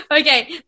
okay